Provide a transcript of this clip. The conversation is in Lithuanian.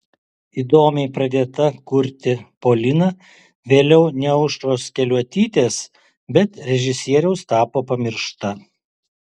įdomiai pradėta kurti polina vėliau ne aušros keliuotytės bet režisieriaus tapo pamiršta